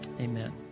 Amen